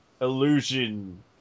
illusion